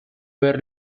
were